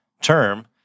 term